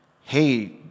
hey